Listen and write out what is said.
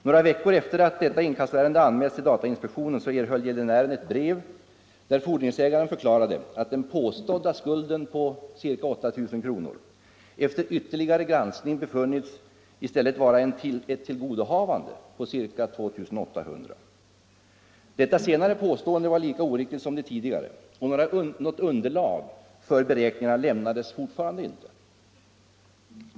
Några veckor efter det att detta inkassoärende anmälts till datainspek tionen erhöll gäldenären ett brev, där fordringsägaren förklarade att den påstådda skulden på ca 8000 kr. efter ytterligare granskning i stället befunnits vara ett tillgodohavande på ca 2 800 kr. Det senare påståendet var lika oriktigt som det tidigare, och något underlag för beräkningen lämnades fortfarande inte.